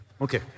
Okay